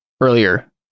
earlier